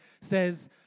says